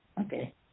Okay